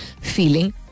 feeling